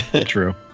true